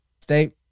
state